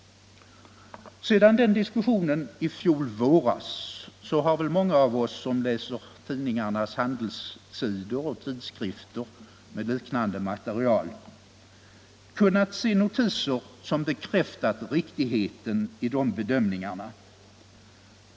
Sedan diskussionen fördes i fjol våras har väl många av oss som läser tidningarnas handelssidor och tidskrifter med liknande material kunnat se notiser som bekräftat riktigheten i de bedömningarna.